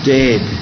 dead